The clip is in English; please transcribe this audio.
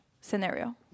scenario